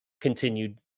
continued